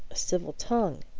a civil tongue!